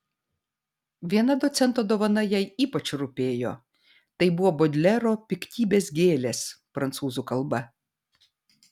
viena docento dovana jai ypač rūpėjo tai buvo bodlero piktybės gėlės prancūzų kalba